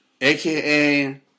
aka